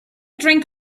drink